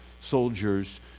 soldiers